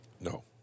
No